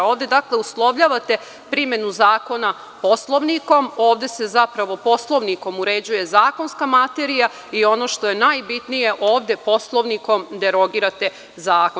Ovde dakle uslovljavate primenu zakona Poslovnikom, ovde se zapravo Poslovnikom uređuje zakonska materija i ono što je najbitnije, ovde Poslovnikom derogirate zakon.